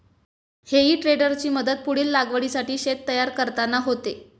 हेई टेडरची मदत पुढील लागवडीसाठी शेत तयार करताना होते